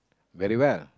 very well